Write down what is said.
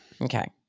okay